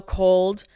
cold